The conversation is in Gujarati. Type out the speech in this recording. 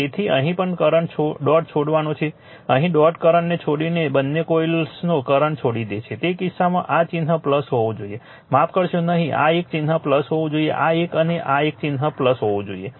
તેથી અહીં પણ કરંટ ડોટ છોડવાનો છે અહીં ડોટ કરંટ ને છોડી ને બંને કોઇલ્સનો કરંટ છોડી દે છે તે કિસ્સામાં આ ચિહ્ન હોવું જોઈએ માફ કરશો નહીં આ એક ચિહ્ન હોવું જોઈએ આ એક અને આ એક ચિહ્ન હોવું જોઈએ